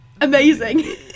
Amazing